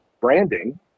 branding